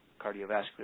cardiovascular